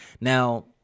Now